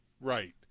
Right